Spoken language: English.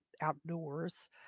outdoors